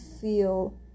feel